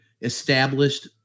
established